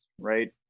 right